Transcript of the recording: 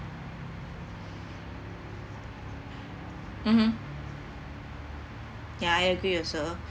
mmhmm ya I agree also